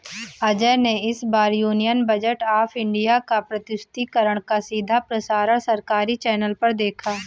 अजय ने इस बार यूनियन बजट ऑफ़ इंडिया का प्रस्तुतिकरण का सीधा प्रसारण सरकारी चैनल पर देखा